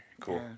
cool